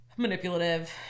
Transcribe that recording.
manipulative